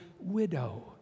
widow